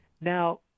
Now